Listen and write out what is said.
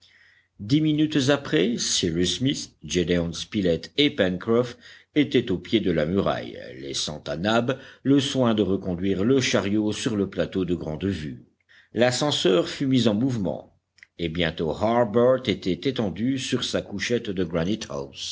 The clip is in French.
dix minutes après cyrus smith gédéon spilett et pencroff étaient au pied de la muraille laissant à nab le soin de reconduire le chariot sur le plateau de grande vue l'ascenseur fut mis en mouvement et bientôt harbert était étendu sur sa couchette de